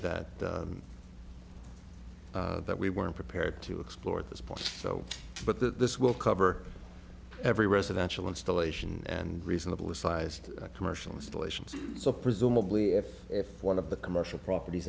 that that we weren't prepared to explore at this point so but that this will cover every residential installation and reasonably sized commercial installations so presumably if one of the commercial properties